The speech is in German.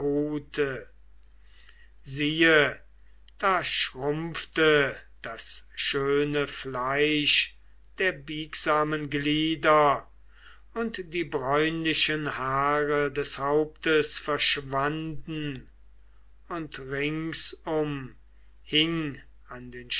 siehe da schrumpfte das schöne fleisch der biegsamen glieder und die bräunlichen haare des hauptes verschwanden und ringsum hing an den